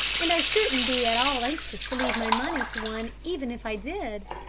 and i shouldn't be at all anxious to leave my money to one even if i did.